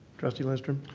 trustee lindstrom.